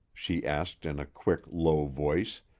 she asked in a quick, low voice,